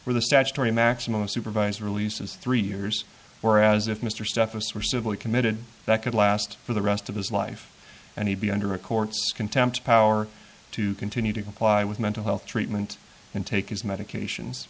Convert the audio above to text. or the statutory maximum supervised release of three years whereas if mr stuff was first of all committed that could last for the rest of his life and he'd be under a court contempt power to continue to comply with mental health treatment and take his medications